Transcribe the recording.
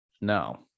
no